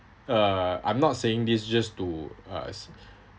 uh I'm not saying this just to us